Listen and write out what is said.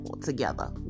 together